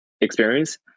experience